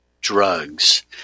drugs